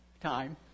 time